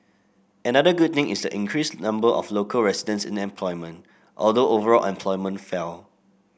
another good thing is the increased number of local residents in employment although overall employment fell